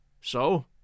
So